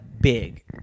big